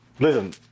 Listen